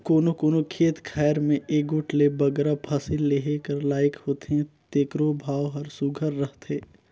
कोनो कोनो खेत खाएर में एगोट ले बगरा फसिल लेहे कर लाइक होथे तेकरो भाव हर सुग्घर रहथे